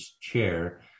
chair